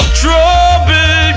trouble